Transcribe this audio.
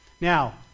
Now